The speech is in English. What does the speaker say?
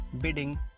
bidding